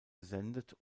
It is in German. gesendet